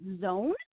zone